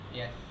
yes